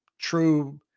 true